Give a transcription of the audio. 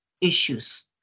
issues